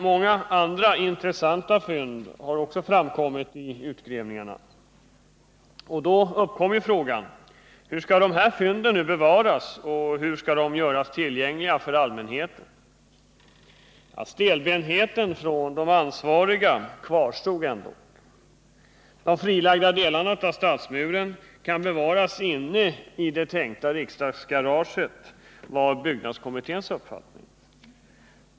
Många andra intressanta fynd har också gjorts i utgrävningarna. Då uppstod frågan: Hur skall dessa fynd bevaras och göras tillgängliga för allmänheten? Stelbentheten hos de ansvariga kvarstod. De frilagda delarna av stadsmuren kan bevaras inne i det tänkta riksdagsgaraget, var byggnadskommitténs uppfattning.